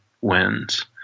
wins